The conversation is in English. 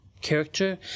character